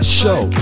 show